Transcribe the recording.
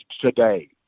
today